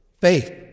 faith